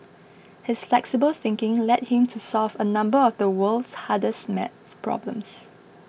his flexible thinking led him to solve a number of the world's hardest math problems